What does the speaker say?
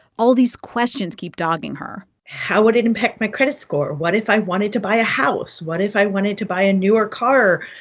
all these questions keep dogging her how would it impact my credit score? what if i wanted to buy a house? what if i wanted to buy a newer car?